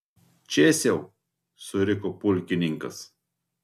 čėsiau suriko pulkininkas